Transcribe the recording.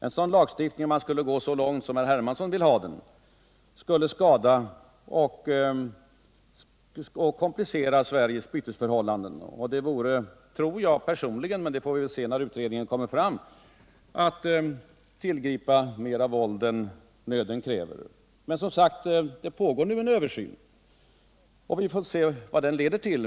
En sådan lagstiftning skulle - om man gick så långt som herr Hermansson vill —- skada och komplicera Sveriges bytesförhållanden. Jag tror personligen - men det får vi se när utredningen kommer fram — att det vore att tillgripa mera våld än nöden kräver. Som sagt pågår det nu en översyn, och vi får se vad den leder till.